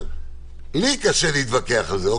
לי קשה להתווכח על זה.